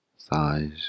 thighs